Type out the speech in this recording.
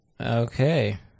Okay